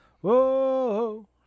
whoa